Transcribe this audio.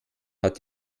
hat